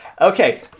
Okay